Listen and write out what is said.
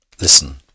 listen